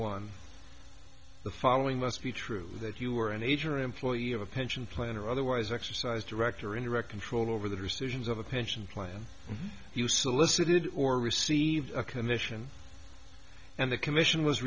count one the following must be true that you were an age or employee of a pension plan or otherwise exercise direct or indirect control over the rescissions of a pension plan you solicited or received a commission and the commission was